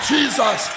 Jesus